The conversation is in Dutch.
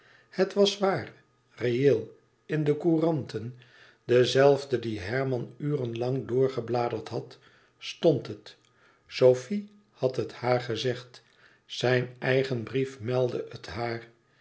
het was waar reëel in de couranten de zelfde die herman urenlang doorbladerd had stond het sofie had het haar gezegd zijn eigen brief meldde het haar